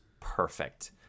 perfect